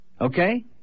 Okay